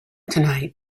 tonight